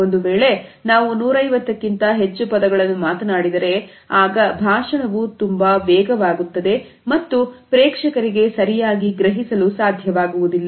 ಒಂದು ವೇಳೆ ನಾವು 150ಕ್ಕಿಂತ ಹೆಚ್ಚು ಪದಗಳನ್ನು ಮಾತನಾಡಿದರೆ ಆಗ ಭಾಷಣವು ತುಂಬಾ ವೇಗವಾಗುತ್ತದೆ ಮತ್ತು ಪ್ರೇಕ್ಷಕರಿಗೆ ಸರಿಯಾಗಿ ಗ್ರಹಿಸಲು ಸಾಧ್ಯವಾಗುವುದಿಲ್ಲ